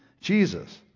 Jesus